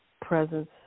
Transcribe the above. presence